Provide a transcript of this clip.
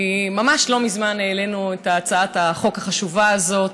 כי ממש לא מזמן העלינו את הצעת החוק החשובה הזאת,